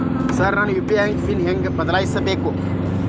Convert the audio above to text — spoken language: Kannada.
ನನ್ನ ಯು.ಪಿ.ಐ ಪಿನ್ ಹೆಂಗ್ ಬದ್ಲಾಯಿಸ್ಬೇಕು?